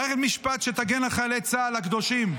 מערכת משפט שתגן על חיילי צה"ל הקדושים,